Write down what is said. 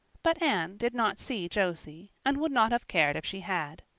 but anne did not see josie, and would not have cared if she had.